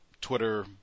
twitter